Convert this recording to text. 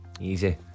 easy